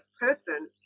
person